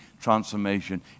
transformation